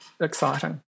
exciting